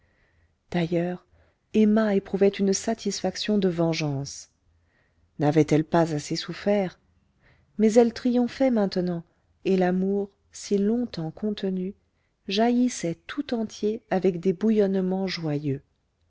d'ailleurs emma éprouvait une satisfaction de vengeance n'avait-elle pas assez souffert mais elle triomphait maintenant et l'amour si longtemps contenu jaillissait tout entier avec des bouillonnements joyeux